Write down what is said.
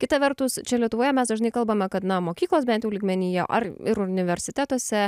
kita vertus čia lietuvoje mes dažnai kalbame kad na mokyklos bent jau lygmenyje ar ir universitetuose